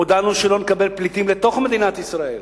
הודענו שלא נקבל פליטים לתוך מדינת ישראל.